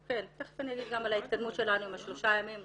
תיכף אני אגיד גם על ההתקדמות שלנו עם השלושה ימים,